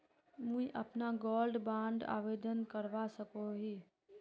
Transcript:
मुई अपना gold bond आवेदन करवा सकोहो ही?